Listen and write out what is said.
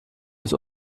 des